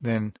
then